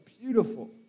beautiful